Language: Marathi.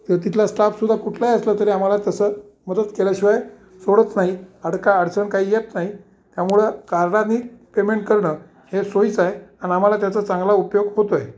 तर तिथला स्टाफसुद्धा कुठलाही असलं तरी आम्हाला तसं मदत केल्याशिवाय सोडत नाही अडका अडचण काही येत नाही त्यामुळं कार्डाने पेमेंट करणं हे सोयीचंय अन आम्हाला त्याचा चांगला उपयोग होतोय